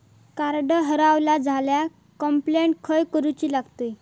Card हरवला झाल्या complaint खय करूची लागतली?